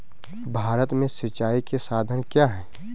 भारत में सिंचाई के साधन क्या है?